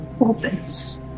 opens